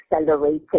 accelerated